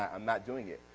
ah i'm not doing it.